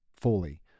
fully